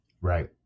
Right